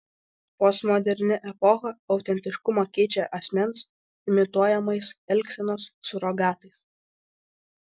postmoderni epocha autentiškumą keičia asmens imituojamais elgsenos surogatais